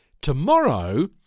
Tomorrow